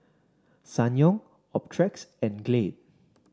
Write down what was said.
Ssangyong Optrex and Glade